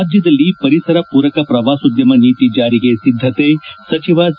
ರಾಜ್ಯದಲ್ಲಿ ಪರಿಸರ ಪೂರಕ ಪ್ರವಾಸೋದ್ಯಮ ನೀತಿ ಜಾರಿಗೆ ಸಿದ್ದತೆ ಸಚಿವ ಸಿ